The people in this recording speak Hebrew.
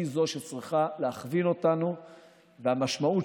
נצרכת לאותם אנשים, אותם אנשים